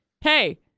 Hey